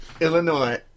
Illinois